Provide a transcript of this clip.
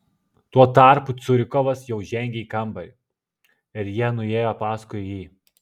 tuo tarpu curikovas jau žengė į kambarį ir jie nuėjo paskui jį